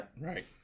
Right